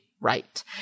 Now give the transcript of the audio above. right